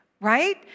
right